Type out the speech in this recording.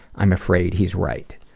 i'm afraid he's right.